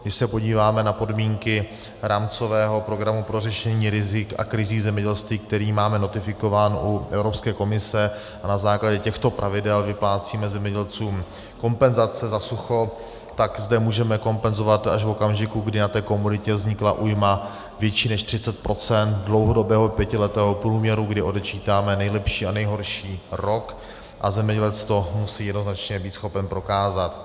Když se podíváme na podmínky rámcového programu pro řešení rizik a krizí zemědělství, který máme notifikován u Evropské komise a na základě těchto pravidel vyplácíme zemědělcům kompenzace za sucho, tak zde můžeme kompenzovat až v okamžiku, kdy na té komoditě vznikla újma větší než 30 % dlouhodobého pětiletého průměru, kdy odečítáme nejlepší a nejhorší rok a zemědělec to musí jednoznačně být schopen prokázat.